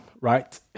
right